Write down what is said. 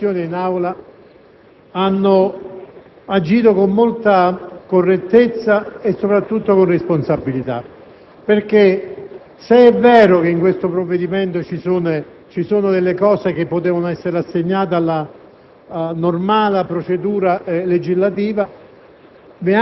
Alleanza Nazionale con i suoi senatori nelle Commissioni ed in Aula ha agito con molta correttezza e soprattutto con responsabilità perché, se è vero che in questo provvedimento ci sono punti che potevano essere assegnati alla